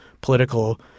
political